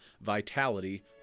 Vitality